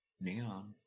Neon